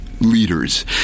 leaders